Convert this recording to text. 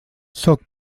sóc